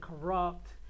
corrupt